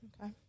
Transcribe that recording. Okay